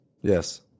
Yes